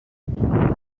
during